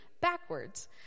backwards